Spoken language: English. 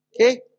okay